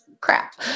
crap